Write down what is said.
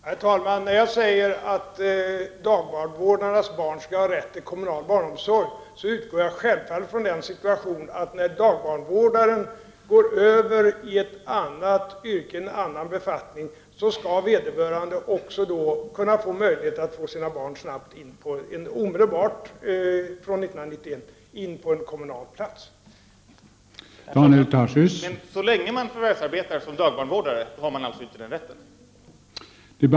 Herr talman! När jag säger att dagbarnvårdarnas barn skal. ha rätt till kommunal barnomsorg, utgår jag självfallet ifrån den situationen att när dagbarnvårdare går över till ett annat yrke eller en annan befattning skall vederbörande då också beredas möjlighet att omedelbart från 1991 kunna få en kommunal plats för sina barn.